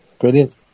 brilliant